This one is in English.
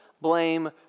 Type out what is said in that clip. blame